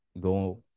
go